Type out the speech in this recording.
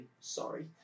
sorry